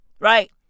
Right